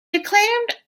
acclaimed